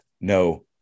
no